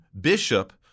Bishop